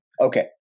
Okay